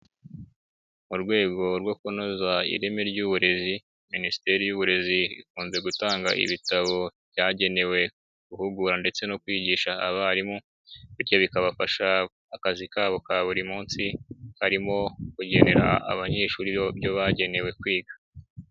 Mu rwego rwo kunoza ireme ry'uburezi, Minisiteri y'Uburezi, ikunze gutanga ibitabo byagenewe guhugura ndetse no kwigisha abarimu, bityo bikabafasha akazi kabo ka buri munsi harimo kugenera abanyeshuri ibyo bagenewe kwiga.